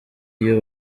iyo